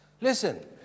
Listen